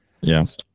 yes